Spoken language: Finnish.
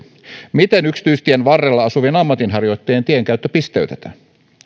miten yksityistien varrella asuvien ammatinharjoittajien tienkäyttö pisteytetään